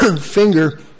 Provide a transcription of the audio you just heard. finger